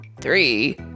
three